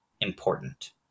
important